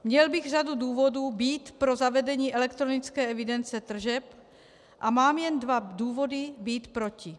Měl bych řadu důvodů být pro zavedení elektronické evidence tržeb a mám jen dva důvody být proti.